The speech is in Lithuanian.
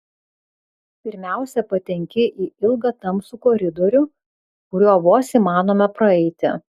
pirmiausia patenki į ilgą tamsų koridorių kuriuo vos įmanoma praeiti